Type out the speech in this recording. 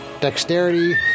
dexterity